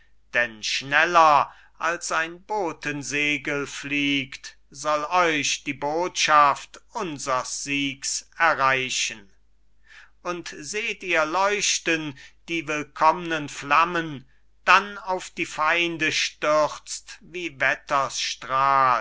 denn schneller als ein botensegel fliegt soll euch die botschaft unsers siegs erreichen und seht ihr leuchten die willkommnen flammen dann auf die feinde stürzt wie